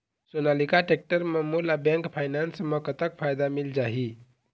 Sonalika tractor म मोला bank finance म कतक फायदा मिल जाही?